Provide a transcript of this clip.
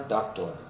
Doctor